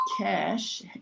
cash